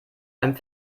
einem